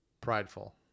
Prideful